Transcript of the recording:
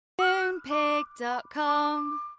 Moonpig.com